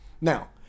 Now